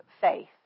faith